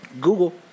Google